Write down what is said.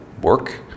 work